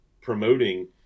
promoting